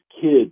kids